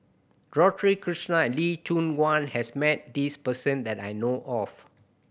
Dorothy Krishnan Lee Choon Guan has met this person that I know of